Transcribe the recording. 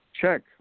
check